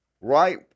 right